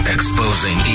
Exposing